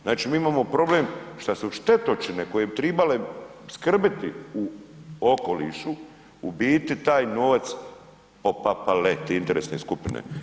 Znači mi imamo problem šta su štetočine koje bi trebale skrbiti u okolišu u biti taj novac popapale, te interesne skupine.